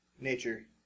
Nature